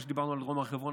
מה שדיברנו על דרום הר חברון,